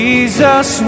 Jesus